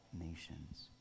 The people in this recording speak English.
nations